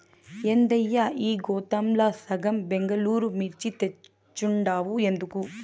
ఏందయ్యా ఈ గోతాంల సగం బెంగళూరు మిర్చి తెచ్చుండావు ఎందుకు